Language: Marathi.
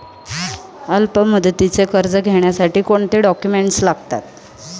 अल्पमुदतीचे कर्ज घेण्यासाठी कोणते डॉक्युमेंट्स लागतात?